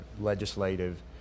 legislative